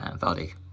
body